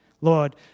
Lord